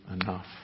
enough